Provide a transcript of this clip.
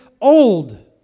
old